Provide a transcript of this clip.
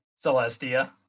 Celestia